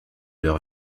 leur